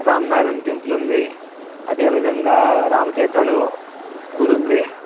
Ram Narayan temple ఉంది అదేవిధంగా రామ తీర్థాలు గుడి ఉంది